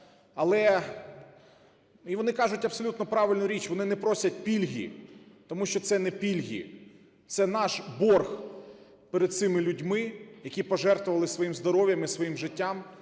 І вони кажуть абсолютно правильну річ, вони не просять пільги, тому що це не пільги – це наш борг перед цими людьми, які пожертвували своїм здоров'ям і своїм життям